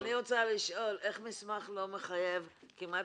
אני רוצה לשאול איך מסמך לא מחייב כמעט